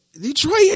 Detroit